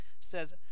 Says